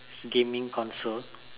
gaming console